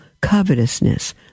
covetousness